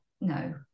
no